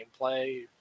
gameplay